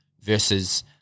versus